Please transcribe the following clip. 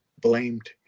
blamed